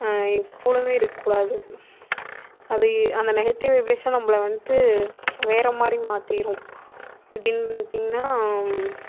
எப்பொழுதுமே இருக்கக்கூடாது அது அந்த நெகட்டிவ் வைப்ரேஷன் நம்மள வந்துட்டு வேறு மாதிரி மாற்றிரும் எப்படினு கேட்டிங்னால்